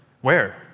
where